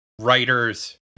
Writers